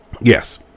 yes